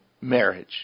marriage